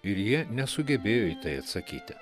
ir jie nesugebėjo į tai atsakyti